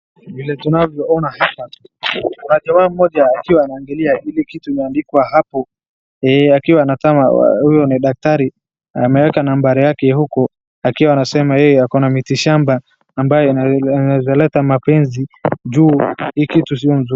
Vile tunavyoona hapa, kuna jamaa mmoja akiwa anaangalia ile kitu imeandikwa hapo akiwa ni kama huyo ni daktari, ameweka nambari yake huko akiwa anasema yeye akona miti shamba ambayo inaezaleta mapenzi juu hii kitu sio mzuri.